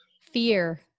Fear